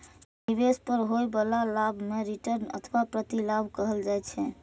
निवेश पर होइ बला लाभ कें रिटर्न अथवा प्रतिलाभ कहल जाइ छै